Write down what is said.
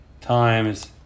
Times